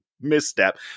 misstep